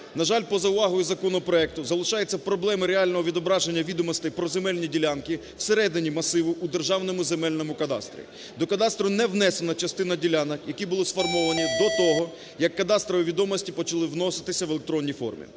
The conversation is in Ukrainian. На жаль, поза увагою законопроекту залишаються проблеми реального відображення відомостей про земельні ділянки в середині масиву у Державному земельному кадастрі. До кадастру не внесена частина ділянок, які були сформовані до того, як кадастрові відомості почали вноситися в електронній формі.